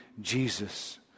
Jesus